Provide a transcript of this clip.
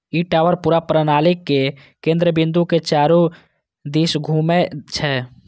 ई tower पूरा प्रणालीक केंद्र बिंदु के चारू दिस घूमै छै